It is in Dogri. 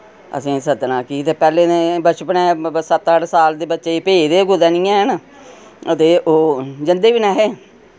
असें सद्दना फ्ही ते पैह्लें ने बचपने सत्त अट्ठ साल दे बच्चे भेजदे कुतै नेईं हैन ते ओह् जन्दे बी निं ऐ हे